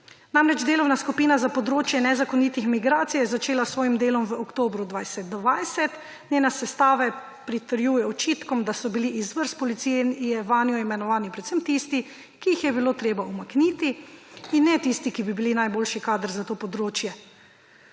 Delovna skupina za področje nezakonitih migracij je začela s svojim delom v oktobru 2020, njena sestava pritrjuje očitkom, da so bili iz vrst policije vanjo imenovani predvsem tisti, ki jih je bilo treba umakniti, in ne tisti, ki bi bili najboljši kader za to področje.